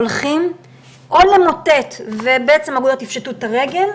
הולכים או למוטט, ובעצם אגודות יפשטו את הרגל,